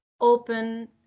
open